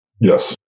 Yes